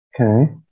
Okay